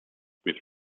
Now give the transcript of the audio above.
with